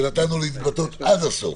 שנתנו לו להתבטא עד הסוף,